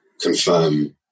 confirm